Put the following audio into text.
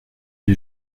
les